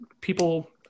people